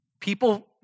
People